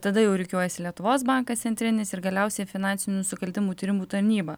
tada jau rikiuojasi lietuvos bankas centrinis ir galiausiai finansinių nusikaltimų tyrimų tarnyba